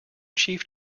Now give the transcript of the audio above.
chief